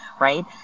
Right